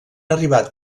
arribat